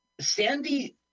Sandy